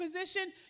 position